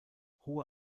hohe